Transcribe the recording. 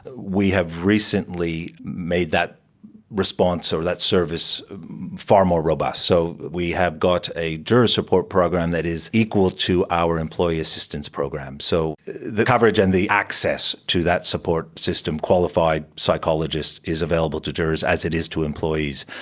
we have recently made that response or that service far more robust, so we have got a juror support program that is equal to our employee assistance program. so the coverage and the access to that support system qualified psychologists is available to jurors as it is to employees.